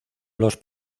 los